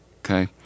okay